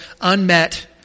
unmet